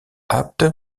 apte